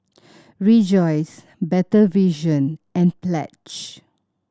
Rejoice Better Vision and Pledge